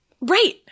Right